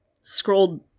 scrolled